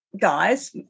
guys